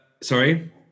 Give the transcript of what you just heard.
Sorry